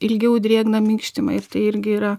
ilgiau drėgną minkštimą ir tai irgi yra